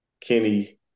Kenny